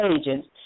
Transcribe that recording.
agents